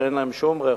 אין להם רכוש